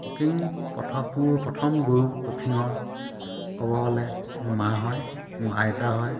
cooking প্ৰথম মোৰ প্ৰথম গুৰু কুকিঙৰ ক'ব গ'লে মোৰ মা হয় মোৰ আইতা হয়